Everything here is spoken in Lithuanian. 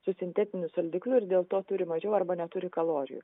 su sintetiniu saldikliu ir dėl to turi mažiau arba neturi kalorijų